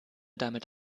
damit